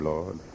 Lord